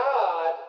God